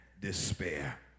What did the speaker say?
despair